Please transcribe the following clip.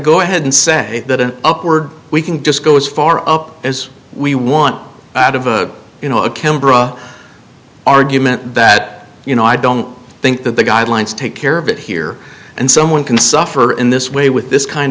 go ahead and say that an upward we can just go as far up as we want out of a you know a kimbra argument that you know i don't think that the guidelines take care of it here and someone can suffer in this way with this kind